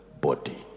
body